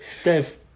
Steve